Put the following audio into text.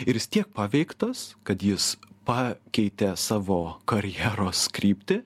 ir jis tiek paveiktas kad jis pakeitė savo karjeros kryptį